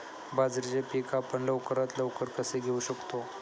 बाजरीचे पीक आपण लवकरात लवकर कसे घेऊ शकतो?